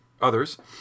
others